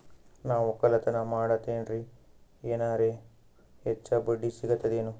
ನಾ ಒಕ್ಕಲತನ ಮಾಡತೆನ್ರಿ ಎನೆರ ಹೆಚ್ಚ ಬಡ್ಡಿ ಸಿಗತದೇನು?